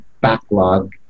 backlog